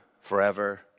forever